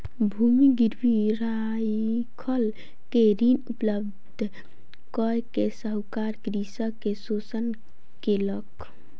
भूमि गिरवी राइख के ऋण उपलब्ध कय के साहूकार कृषक के शोषण केलक